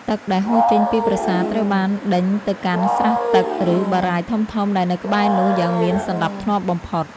ទឹកដែលហូរចេញពីប្រាសាទត្រូវបានដេញទៅកាន់ស្រះទឹក ឬ បារាយណ៍ធំៗដែលនៅក្បែរនោះយ៉ាងមានសណ្តាប់ធ្នាប់បំផុត។